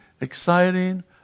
exciting